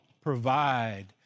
provide